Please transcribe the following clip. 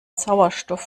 sauerstoff